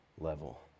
level